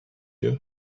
you